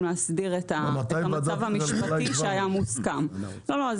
להסדיר את המצב המשפטי שהיה מוסכם גם ככה,